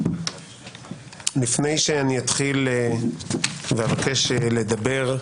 לפני שאני אתחיל ואבקש לדבר,